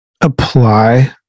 apply